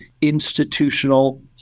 institutional